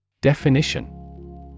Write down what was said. Definition